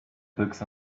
books